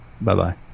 Bye-bye